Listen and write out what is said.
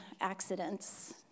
accidents